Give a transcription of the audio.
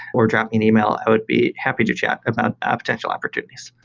or drop me an email. i would be happy to chat about ah potential opportunities.